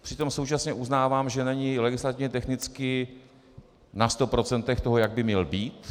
Přitom současně uznávám, že není legislativně technicky na 100 % toho, jak by měl být.